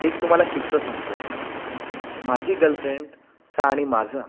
एक तुम्हाला किस्सा सांगतो माझी गलफ्रेंडचं आणि माझं